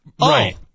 Right